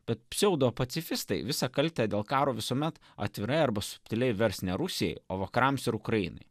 bet pseudo pacifistai visą kaltę dėl karo visuomet atvirai arba subtiliai vers ne rusijai o vakarams ir ukrainai